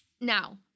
Now